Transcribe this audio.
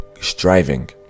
striving